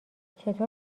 چطور